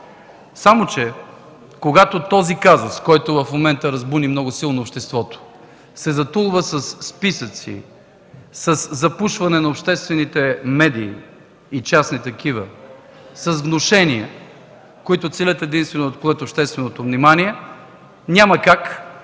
Само че, когато този казус, който в момента разбуни много силно обществото, се затулва със списъци, със запушването на обществените и частни медии, с внушения, които целят единствено да отклонят общественото внимание, няма как да решим